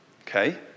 Okay